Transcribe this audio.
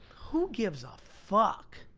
who gives a fuck?